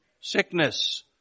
Sickness